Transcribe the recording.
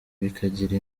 bikagira